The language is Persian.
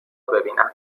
ببینم